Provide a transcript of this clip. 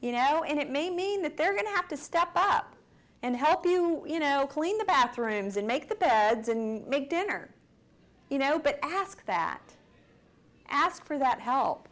you know and it may mean that they're going to have to step up and help you you know clean the bathrooms and make the beds and make dinner you know but ask that ask for that help